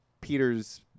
Peter's